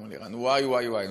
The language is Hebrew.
אומר לי ערן: וואי, וואי, וואי.